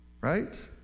Right